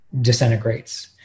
disintegrates